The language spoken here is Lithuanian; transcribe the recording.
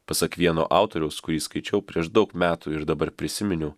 pasak vieno autoriaus kurį skaičiau prieš daug metų ir dabar prisiminiau